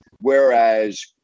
Whereas